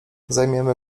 zajmiemy